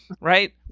right